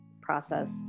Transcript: process